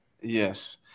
Yes